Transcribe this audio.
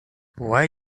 why